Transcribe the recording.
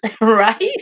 Right